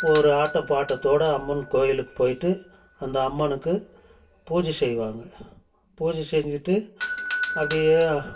ஒரு ஆட்டம் பாட்டத்தோட அம்மன் கோவிலுக்கு போயிட்டு அந்த அம்மனுக்கு பூஜை செய்வாங்க பூஜை செஞ்சுட்டு அப்படியே